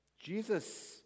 Jesus